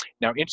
now